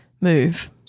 move